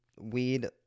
weed